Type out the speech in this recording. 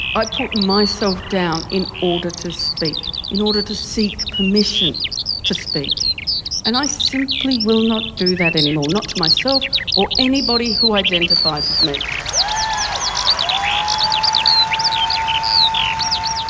i put myself down in order to speak in order to seek permission to speak and i simply will not do that anymore not to myself or anybody who identifies as me as i